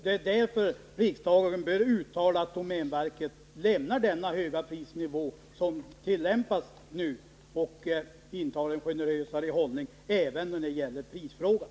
Det är därför riksdagen bör uttala att domänverket skall lämna den höga prisnivå som tillämpas nu och inta en generösare hållning även när det gäller prisfrågan.